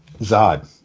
Zod